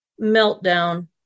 Meltdown